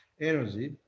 energy